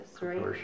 right